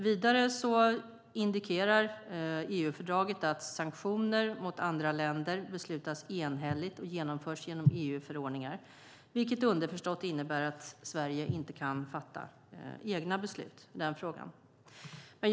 Vidare indikerar EU-fördraget att sanktioner mot andra länder beslutas enhälligt och genomförs genom EU-förordningar, vilket underförstått innebär att Sverige inte kan fatta egna beslut i den frågan.